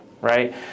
right